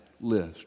list